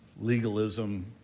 legalism